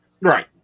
right